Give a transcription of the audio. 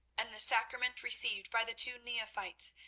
and the sacrament received by the two neophytes,